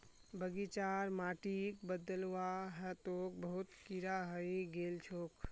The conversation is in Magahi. बगीचार माटिक बदलवा ह तोक बहुत कीरा हइ गेल छोक